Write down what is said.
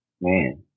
man